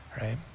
right